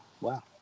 wow